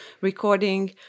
recording